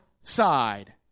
side